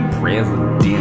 president